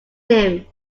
him